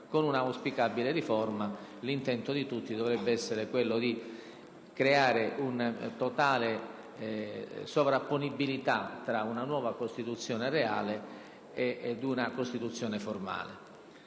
Con un'auspicabile riforma l'intento di tutti dovrebbe essere quello di creare una totale sovrapponibilità tra la Costituzione reale ed una nuova Costituzione formale.